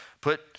put